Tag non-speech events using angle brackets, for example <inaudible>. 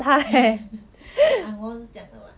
<laughs> ang moh 是这样的 [what]